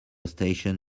station